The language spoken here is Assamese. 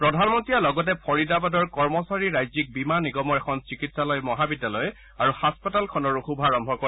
প্ৰধানমন্ত্ৰীয়ে লগতে ফৰিদাবাদৰ কৰ্মচাৰী ৰাজ্যিক বীমা নিগমৰ এখন চিকিৎসা মহাবিদ্যালয় আৰু হাস্পতালখনৰো শুভাৰম্ভ কৰে